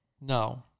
No